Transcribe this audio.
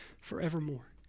forevermore